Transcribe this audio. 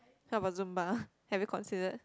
how about zumba have you considered